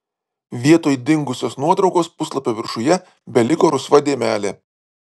vietoj dingusios nuotraukos puslapio viršuje beliko rusva dėmelė